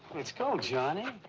let's go, johnny.